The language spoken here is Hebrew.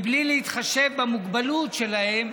בלי להתחשב במוגבלות שלהם,